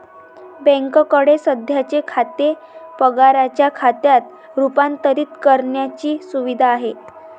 बँकेकडे सध्याचे खाते पगाराच्या खात्यात रूपांतरित करण्याची सुविधा आहे